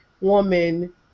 woman